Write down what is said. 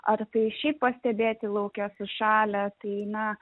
ar tai šiaip pastebėti lauke sušalę tai na